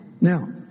Now